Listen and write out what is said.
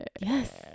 Yes